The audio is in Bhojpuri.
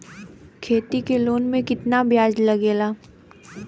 खेती के लोन में कितना ब्याज लगेला?